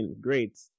great